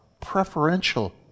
preferential